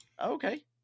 Okay